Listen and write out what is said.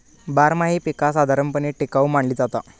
बारमाही पीका साधारणपणे टिकाऊ मानली जाता